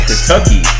Kentucky